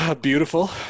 Beautiful